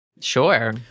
Sure